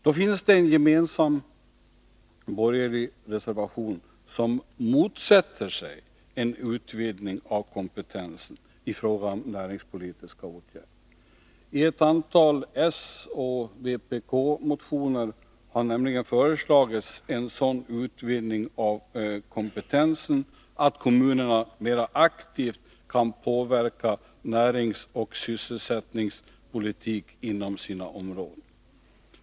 Det finns en gemensam borgerlig reservation som motsätter sig en utvidgning av kompetensen i fråga om näringspolitiska åtgärder. I ett antal soch vpk-motioner har nämligen föreslagits en sådan utvidgning av kompetensen att kommunerna mer aktivt kan påverka näringsoch sysselsättningspolitik inom sina områden.